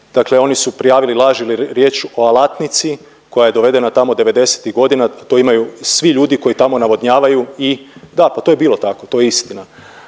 dakle oni su prijavili laž jer je riječ o alatnici koja je dovedena tamo devedesetih godina. To imaju svi ljudi koji tamo navodnjavaju i da, pa to je bilo tako. To je istina